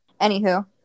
Anywho